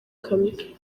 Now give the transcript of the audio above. kamyo